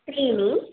त्रीणि